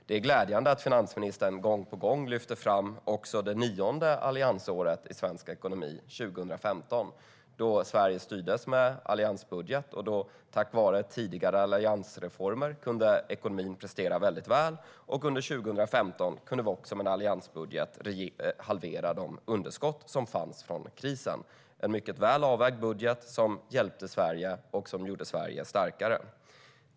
Det är glädjande att finansministern gång på gång lyfter fram också det nionde alliansåret i svensk ekonomi, 2015, då Sverige styrdes med alliansbudget. Tack vare tidigare alliansreformer kunde ekonomin prestera väldigt väl. Under 2015 kunde vi också med en alliansbudget halvera de underskott som fanns från krisen. Det var en mycket väl avvägd budget som hjälpte Sverige och som gjorde Sverige starkare.